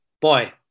boy